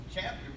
chapter